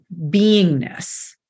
beingness